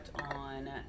on